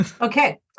Okay